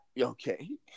Okay